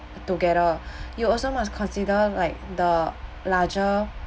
together you also must consider like the larger